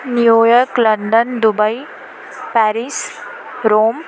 new York London Dubai Paris room